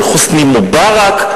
של חוסני מובארק?